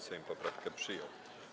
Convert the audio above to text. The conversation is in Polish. Sejm poprawkę przyjął.